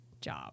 job